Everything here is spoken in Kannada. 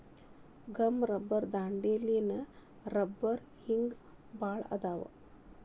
ಗಮ್ ರಬ್ಬರ್ ದಾಂಡೇಲಿಯನ್ ರಬ್ಬರ ಹಿಂಗ ಬಾಳ ಅದಾವ